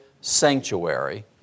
sanctuary